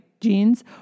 jeans